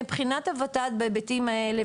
מבחינת הות"ת בהיבטים האלה,